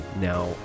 Now